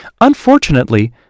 Unfortunately